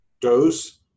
dose